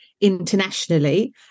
internationally